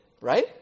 right